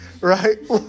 right